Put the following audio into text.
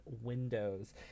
Windows